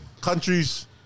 countries